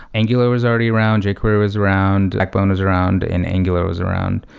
angular was already around. jquery was around. blackbone was around, and angular was around,